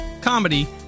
comedy